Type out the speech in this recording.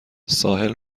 ساحل